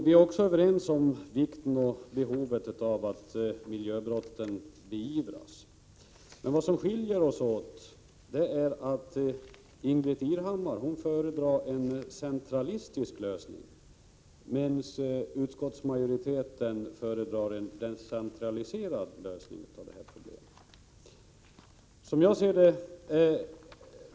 Vi är också överens om vikten av och behovet av att miljöbrotten beivras. Vad som skiljer oss åt är att Ingbritt Irhammar föredrar en centralistisk lösning, medan utskottsmajoriteten föredrar en decentralistisk lösning av det här problemet.